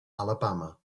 alabama